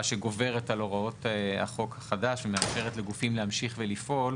שגוברת על הוראות החוק החדש ומאפשרת לגופים להמשיך ולפעול,